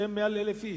שהם מעל 1,000 איש,